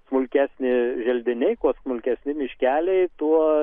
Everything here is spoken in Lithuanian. smulkesni želdiniai kuo smulkesni miškeliai tuo